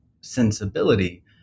sensibility